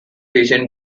region